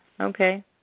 okay